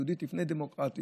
יהודית לפני דמוקרטית,